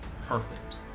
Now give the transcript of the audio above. perfect